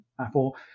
Apple